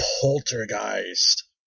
Poltergeist